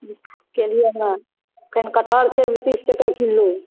कठहर छै तीस टके किलो